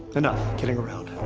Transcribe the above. enough kidding around.